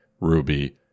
Ruby